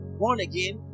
born-again